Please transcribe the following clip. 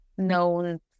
known